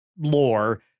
lore